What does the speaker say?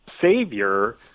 savior